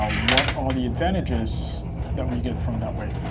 ah what are the advantages that we get from that way?